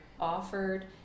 offered